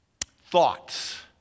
thoughts